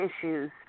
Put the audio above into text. issues